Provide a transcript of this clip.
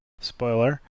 spoiler